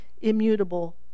immutable